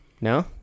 No